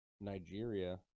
Nigeria